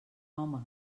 home